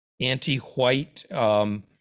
anti-white